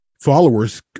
followers